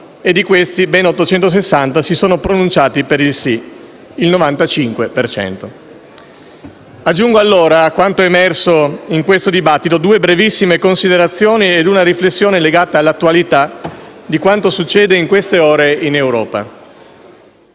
e di questi ben 860 si sono pronunciati per il sì: il 95 per cento. Aggiungo, allora, a quanto emerso in questo dibattito due brevissime considerazioni e una riflessione legata all'attualità di quanto succede in queste ore in Europa.